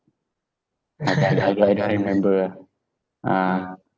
I I I don't I don't remember ah ah